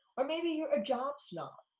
or maybe you're a job snob,